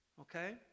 Okay